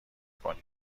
کنی